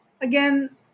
Again